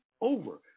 over